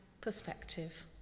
perspective